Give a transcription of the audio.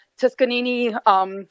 Tuscanini